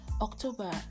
october